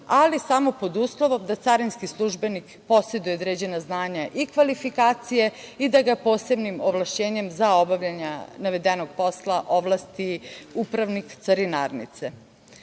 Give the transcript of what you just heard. ali samo pod uslovom da carinski službenik poseduje određena znanja i kvalifikacije i da ga posebnim ovlašćenjem za obavljanje navedenog posla ovlasti upravnik carinarnice. Dakle,